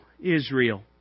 Israel